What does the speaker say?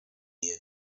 you